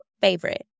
favorite